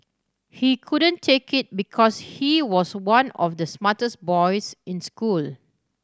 he couldn't take it because he was one of the smartest boys in school